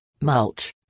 mulch